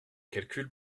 calcul